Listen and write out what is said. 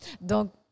Donc